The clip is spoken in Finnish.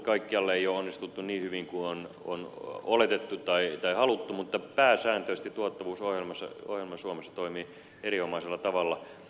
kaikkialla ei ole onnistuttu niin hyvin kuin on oletettu tai haluttu mutta pääsääntöisesti tuottavuusohjelma suomessa toimii erinomaisella tavalla